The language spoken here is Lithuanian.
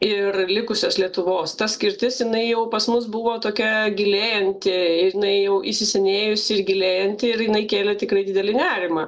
ir likusios lietuvos ta skirtis jinai jau pas mus buvo tokia gilėjanti ir jinai jau įsisenėjusi ir gilėjanti ir jinai kėlė tikrai didelį nerimą